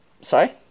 Sorry